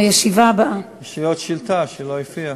הישיבה הבאה, יש לי עוד שאילתה שלא הופיעה.